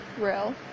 real